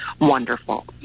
wonderful